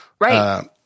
right